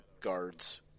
guards